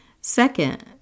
Second